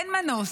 אין מנוס,